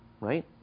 right